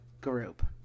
group